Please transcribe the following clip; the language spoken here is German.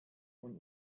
und